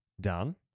done